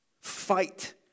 fight